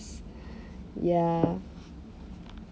ya